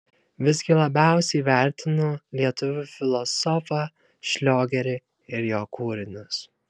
visgi labiausiai vertinu lietuvių filosofą šliogerį ir jo kūrinius